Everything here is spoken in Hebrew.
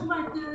שיעור ההיטל